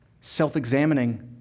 self-examining